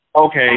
okay